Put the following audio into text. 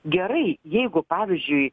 gerai jeigu pavyzdžiui